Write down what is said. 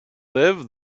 live